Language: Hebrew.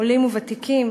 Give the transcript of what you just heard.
עולים וותיקים,